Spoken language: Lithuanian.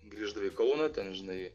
grįždavai į kauną ten žinai